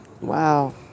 wow